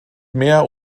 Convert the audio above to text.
mehr